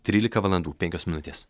trylika valandų penkios minutės